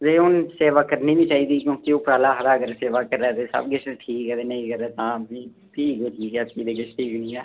ते हून सेवा करनी निं चाहिदी क्योंकि उप्पर आह्ला आखदा अगर सेवा करै'रदे सब किश ठीक ऐ ते नेईं करै तां भी फ्ही ओह् ठीक ऐ उस लेई किश ठीक निं ऐ